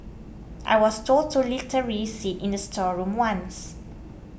I was told to literally sit in a storeroom once